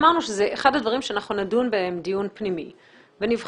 אמרנו שזה אחד הדברים שאנחנו נדון בהם דיון פנימי ונבחן.